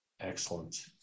Excellent